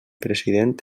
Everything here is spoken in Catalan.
president